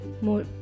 more